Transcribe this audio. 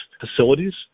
facilities